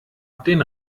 den